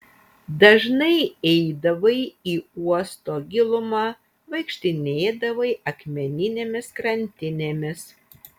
dažnai eidavai į uosto gilumą vaikštinėdavai akmeninėmis krantinėmis